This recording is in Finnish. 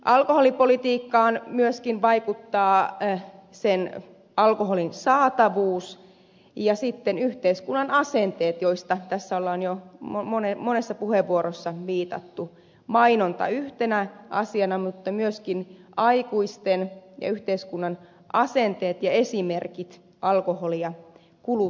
alkoholipolitiikkaan myöskin vaikuttavat alkoholin saatavuus ja sitten yhteiskunnan asenteet joihin tässä on jo monessa puheenvuorossa viitattu mainonta yhtenä asiana mutta myöskin aikuisten ja yhteiskunnan asenteet ja esimerkit alkoholia kuluttaessa